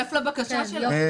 תצטרף לבקשה שלה.